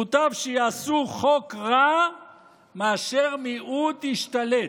מוטב שיעשו חוק רע מאשר מיעוט ישתלט,